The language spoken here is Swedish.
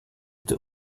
inte